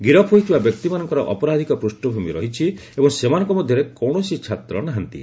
ଗିରଫ ହୋଇଥିବା ବ୍ୟକ୍ତିମାନଙ୍କର ଅପରାଧିକ ପୃଷ୍ଣଭୂମି ରହିଛି ଏବଂ ସେମାନଙ୍କ ମଧ୍ୟରେ କୌଣସି ଛାତ୍ର ନାହାନ୍ତି